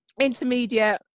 intermediate